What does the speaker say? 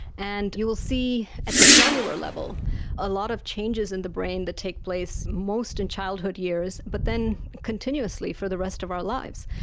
and you will see at the cellular level a lot of changes in the brain that take place most in childhood years but then continuously for the rest of our lives.